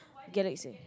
galaxy